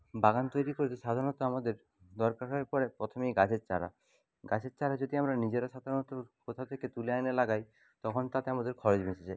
বাগান তৈরি করতে সাধারণত আমাদের দরকার হয়ে পড়ে প্রথমেই গাছের চারা গাছের চারা যদি আমরা নিজেরা সাধারণত কোথাও থেকে তুলে এনে লাগাই তখন তাতে আমাদের খরচ বেঁচে যায়